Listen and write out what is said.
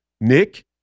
Nick